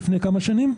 לפני כמה שנים?